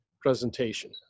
presentation